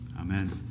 Amen